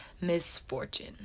misfortune